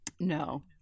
no